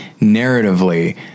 narratively